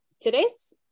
today's